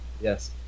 Yes